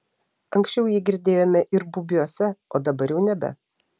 anksčiau jį girdėjome ir bubiuose o dabar jau nebe